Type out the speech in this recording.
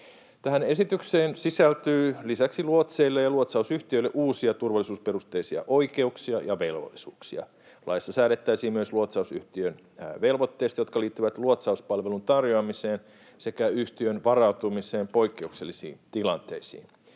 Tähän esitykseen sisältyy lisäksi luotseille ja luotsausyhtiöille uusia turvallisuusperusteisia oikeuksia ja velvollisuuksia. Laissa säädettäisiin myös luotsausyhtiön velvoitteista, jotka liittyvät luotsauspalvelun tarjoamiseen sekä yhtiön varautumiseen poikkeuksellisiin tilanteisiin.